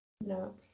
No